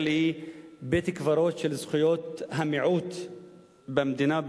היא בית-קברות של זכויות המיעוט במדינה,